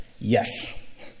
Yes